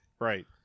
Right